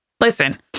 Listen